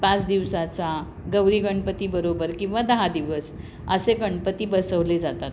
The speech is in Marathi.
पाच दिवसाचा गौरी गणपती बरोबर किंवा दहा दिवस असे गणपती बसवले जातात